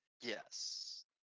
Yes